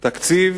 תקציב